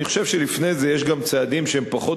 אני חושב שלפני זה יש גם צעדים שהם פחות